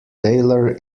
tailor